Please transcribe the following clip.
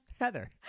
Heather